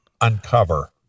uncover